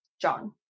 John